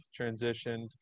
transitioned